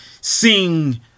sing